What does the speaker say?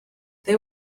they